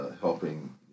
helping